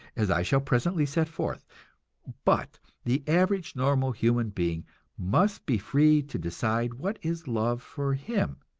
as i shall presently set forth but the average, normal human being must be free to decide what is love for him,